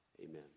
amen